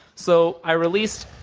so i released,